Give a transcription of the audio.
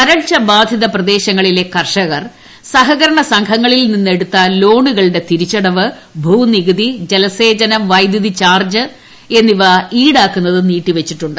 വരൾച്ച ബാധിത പ്രദേശങ്ങളിലെ കർഷകർ സഹകരണ സംഘങ്ങളിൽ നിന്നെടുത്ത ലോണുകളുടെ തിരിച്ചടവ് ദ്ദ ഭൂനികുതി ജലസേചന വൈദ്യുതി ചാർജ്ജ് എന്നിവ ഈടാക്കുന്നത് നീട്ടി വച്ചിട്ടുണ്ട്